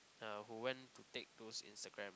uh who went to take those Instagram